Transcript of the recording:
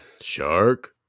Shark